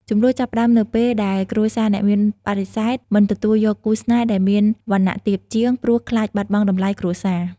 ជម្លោះចាប់ផ្តើមនៅពេលដែលគ្រួសារអ្នកមានបដិសេធមិនទទួលយកគូស្នេហ៍ដែលមានវណ្ណៈទាបជាង ព្រោះខ្លាចបាត់បង់តម្លៃគ្រួសារ។